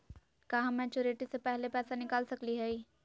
का हम मैच्योरिटी से पहले पैसा निकाल सकली हई?